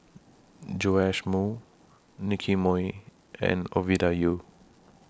Joash Moo Nicky Moey and Ovidia Yu